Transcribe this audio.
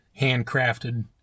handcrafted